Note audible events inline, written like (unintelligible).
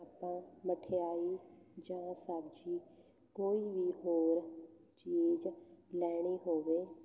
(unintelligible) ਆਪਾਂ ਮਠਿਆਈ ਜਾਂ ਸਬਜ਼ੀ ਕੋਈ ਵੀ ਹੋਰ ਚੀਜ਼ ਲੈਣੀ ਹੋਵੇ